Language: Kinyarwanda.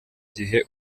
gihe